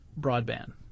broadband